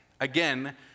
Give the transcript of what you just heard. Again